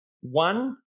one